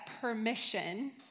permission